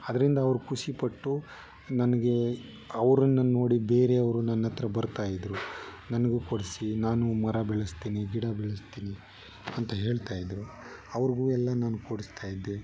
ಅದರಿಂದ ಅವ್ರು ಖುಷಿಪಟ್ಟು ನನಗೆ ಅವ್ರನ್ನು ನೋಡಿ ಬೇರೆಯವರು ನನ್ನ ಹತ್ರ ಬರ್ತಾಯಿದ್ರು ನನಗೂ ಕೊಡಿಸಿ ನಾನು ಮರ ಬೆಳೆಸ್ತೀನಿ ಗಿಡ ಬೆಳೆಸ್ತೀನಿ ಅಂತ ಹೇಳ್ತಾಯಿದ್ರು ಅವ್ರಿಗೂ ಎಲ್ಲ ನಾನು ಕೊಡಿಸ್ತಾಯಿದ್ದೆ